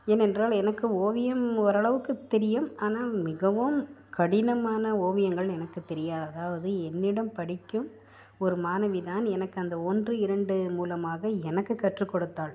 ஏனென்றால் எனக்கு ஓவியம் ஓரளவுக்கு தெரியும் ஆனால் மிகவும் கடினமான ஓவியங்கள் எனக்கு தெரியாது அதாவது என்னிடம் படிக்கும் ஒரு மாணவி தான் எனக்கு அந்த ஒன்று இரண்டு மூலமாக எனக்கு கற்றுக் கொடுத்தாள்